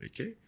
Okay